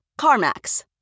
CarMax